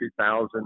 2000